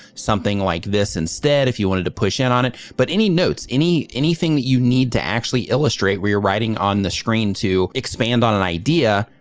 something like this instead, if you wanted to push in on it but any notes, anything that you need to actually illustrate where you're writing on the screen to expand on an idea,